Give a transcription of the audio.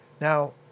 Now